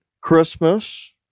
Christmas